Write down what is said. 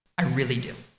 i really do.